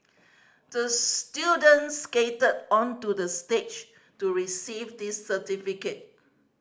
the student skated onto the stage to receive this certificate